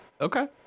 Okay